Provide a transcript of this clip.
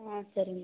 ಹ್ಞೂ ಸರಿ ಮೇಡಮ್